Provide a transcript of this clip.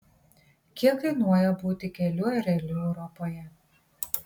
kiek kainuoja būti kelių ereliu europoje